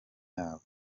yabo